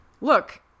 look